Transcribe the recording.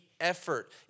effort